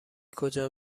کجا